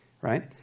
Right